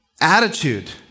attitude